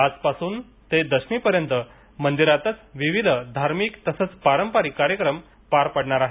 आजपासून ते दशमीपर्यंत मंदिरातच विविध पारंपारिक कार्यक्रम पार पडणार आहेत